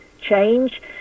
change